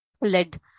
led